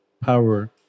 power